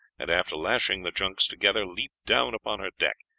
and after lashing the junks together leaped down upon her deck,